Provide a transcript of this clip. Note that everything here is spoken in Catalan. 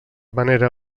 manera